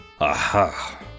Aha